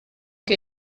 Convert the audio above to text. che